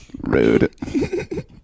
Rude